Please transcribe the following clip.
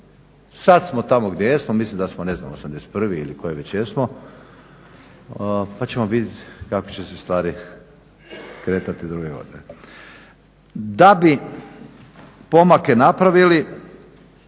Sad smo tamo gdje jesmo, mislim da smo mislim sad 21. ili koji već jesmo pa ćemo vidjet kako će se stvari kretati druge godine. Da bi pomake napravili,